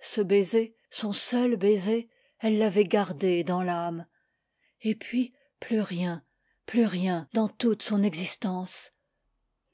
ce baiser son seul baiser elle l'avait gardé dans l'âme et puis plus rien plus rien dans toute son existence